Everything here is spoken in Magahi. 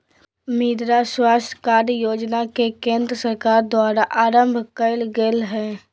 मृदा स्वास्थ कार्ड योजना के केंद्र सरकार द्वारा आरंभ कइल गेल हइ